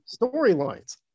storylines